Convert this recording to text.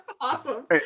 Awesome